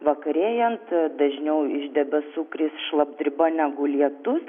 vakarėjant dažniau iš debesų kris šlapdriba negu lietus